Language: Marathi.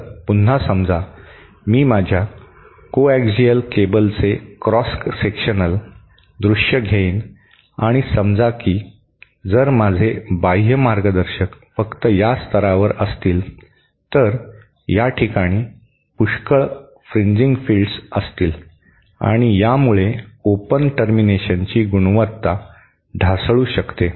तर पुन्हा समजा मी माझ्या कोऍक्सिअल केबलचे क्रॉस सेक्शनल दृश्य घेईन आणि समजा की जर माझे बाह्य मार्गदर्शक फक्त या स्तरावर असतील तर या ठिकाणी पुष्कळ फ्रिजिंग फिल्ड्स असतील आणि यामुळे ओपन टर्मिनेशनची गुणवत्ता ढासळू शकते